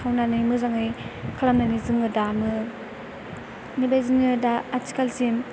खावनानै मोजाङै खालामनानै जोङो दामो बेबायदिनो दा आथिखालसिम